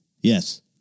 Yes